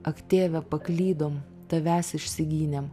ak tėve paklydom tavęs išsigynėm